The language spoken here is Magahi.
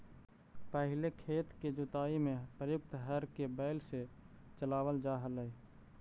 पहिले खेत के जुताई में प्रयुक्त हर के बैल से चलावल जा हलइ